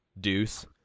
deuce